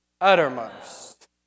uttermost